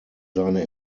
seine